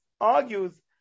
argues